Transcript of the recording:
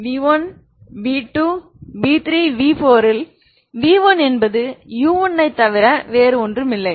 v1 v2 v3 v4யில் v1 என்பது u1 ஐத் தவிர வேறில்லை